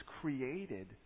created